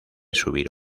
subir